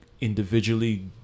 individually